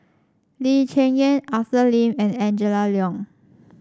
Lee Cheng Yan Arthur Lim and Angela Liong